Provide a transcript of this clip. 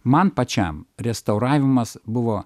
man pačiam restauravimas buvo